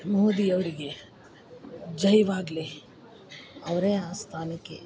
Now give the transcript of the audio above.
ಮೊದಿಯವರಿಗೆ ಜಯವಾಗ್ಲಿ ಅವರೇ ಆ ಸ್ಥಾನಕ್ಕೆ